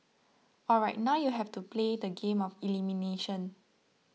alright now you have to play the game of elimination